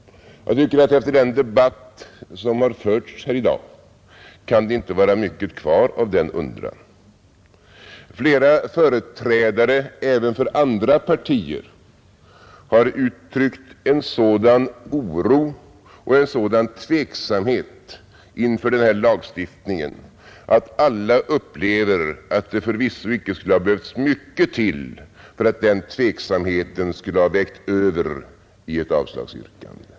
Jag tycker att efter den debatt som har förts här i dag kan det inte vara mycket kvar av den undran. Flera företrädare även för andra partier har uttryckt en sådan oro och en sådan tveksamhet inför den här lagstiftningen, att alla upplever att det förvisso inte skulle ha behövts mycket till för att den tveksamheten skulle ha vägt över i ett avslagsyrkande.